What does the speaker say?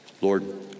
Lord